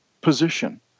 position